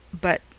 But